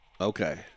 Okay